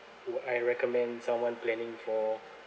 would I recommend someone planning for